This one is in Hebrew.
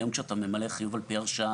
היום, כשאתה ממלא חיוב על פי הרשאה